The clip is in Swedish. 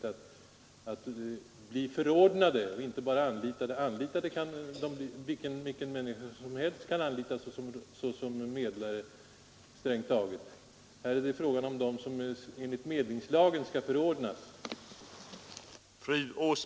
De bör då kunna bli förordnade, inte bara anlitade. Såsom medlare kan dock strängt taget vilken människa som helst anlitas. Här är det fråga om dem som enligt medlingslagen skall förordnas.